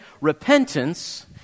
Repentance